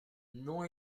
non